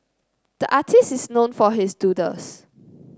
the artist is known for his doodles